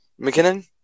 McKinnon